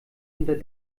unter